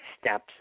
steps